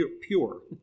pure